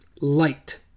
Light